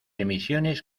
emisiones